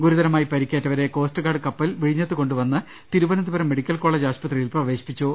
ഗുരുതരമായി പരിക്കേറ്റവരെ കോസ്റ്റ്ഗാർഡ് കപ്പൽ വിഴിഞ്ഞത്ത് കൊണ്ടുവന്ന് തിരുവനന്തപുരം മെഡിക്കൽകോളേജ് ആശു പത്രിയിൽ പ്രവേശിപ്പിച്ചു